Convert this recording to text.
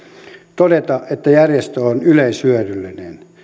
todeta että järjestö on yleishyödyllinen